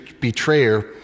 betrayer